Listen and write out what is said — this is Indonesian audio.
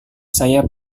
saya